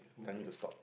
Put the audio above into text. tell me to stop